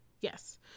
Yes